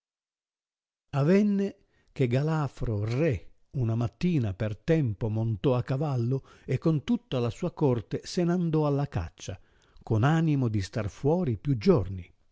avenne che galafro re una mattina per tempo montò a cavallo e con tutta la sua corte se n andò alla caccia con animo di star fuori più giorni